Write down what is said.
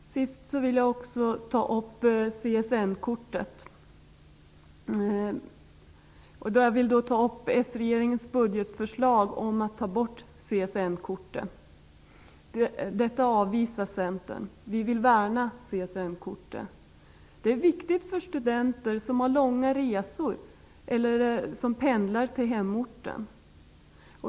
Sist vill jag också ta upp s-regeringens budgetförslag om att ta bort CSN-kortet. Centern avvisar detta. Vi vill värna CSN-kortet. Det är viktigt för studenter som har långa resor eller pendlar till hemorten.